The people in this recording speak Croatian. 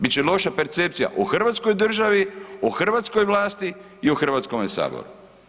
Bit će loša percepcija u hrvatskoj državi, u hrvatskoj vlasti i u Hrvatskome saboru.